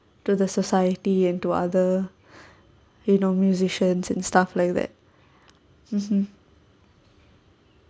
to the society and to other you know musicians and stuff like that mmhmm